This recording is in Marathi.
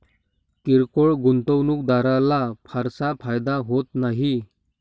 किरकोळ गुंतवणूकदाराला फारसा फायदा होत नाही